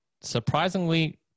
surprisingly